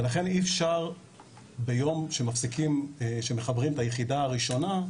ולכן אי אפשר ביום שמחברים את היחידה הראשונה,